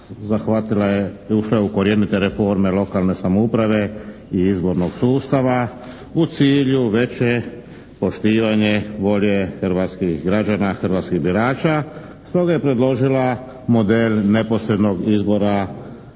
zahvatila je i ušla je u korijenite reforme lokalne samouprave i izbornog sustava u cilju veće poštivanje volje hrvatskih građana, hrvatskih birača. Stoga je predložila model neposrednog izbora župana,